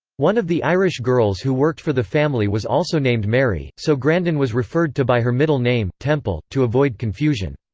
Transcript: one of the irish girls who worked for the family was also named mary, so grandin was referred to by her middle name, temple, to avoid confusion.